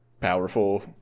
powerful